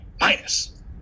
minus